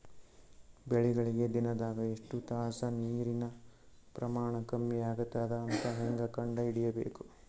ಬೆಳಿಗಳಿಗೆ ದಿನದಾಗ ಎಷ್ಟು ತಾಸ ನೀರಿನ ಪ್ರಮಾಣ ಕಮ್ಮಿ ಆಗತದ ಅಂತ ಹೇಂಗ ಕಂಡ ಹಿಡಿಯಬೇಕು?